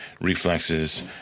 reflexes